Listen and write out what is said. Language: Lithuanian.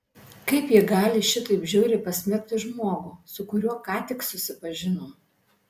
kaip ji gali šitaip žiauriai pasmerkti žmogų su kuriuo ką tik susipažino